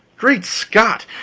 great scott,